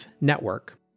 Network